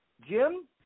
Jim